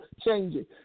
changing